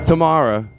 Tomorrow